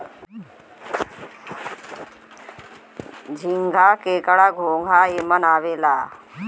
झींगा, केकड़ा, घोंगा एमन आवेला